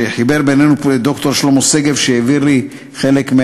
שחיבר בינינו לד"ר שלמה שגב, שהעביר לי חלק,